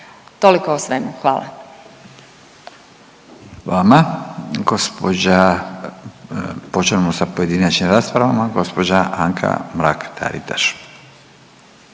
Furio (Nezavisni)** I vama. Gospođa, počinjemo sa pojedinačnim raspravama, gospođa Anka Mrak Taritaš.